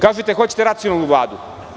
Kažete hoćete racionalnu Vladu.